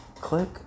Click